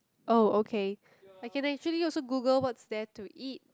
oh okay I can actually also Google what's there to eat